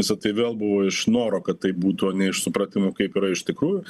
visa tai vėl buvo iš noro kad tai būtų ne iš supratimo kaip yra iš tikrųjų